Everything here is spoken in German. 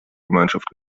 gemeinschaft